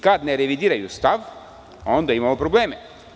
Kad ne revidiraju stav, onda imamo probleme.